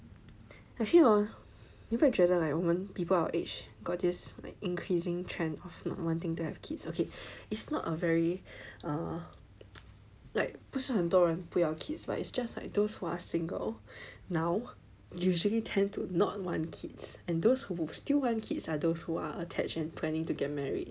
I feel hor 你不会觉得 like 我们 people our age got this like increasing trend of not wanting to have kids ok it's not a very err like 不是很多人不要 kids lah it's just like those who are single now usually tend to not want kids and those who will still want kids are those who are attached and planning to get married